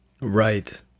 right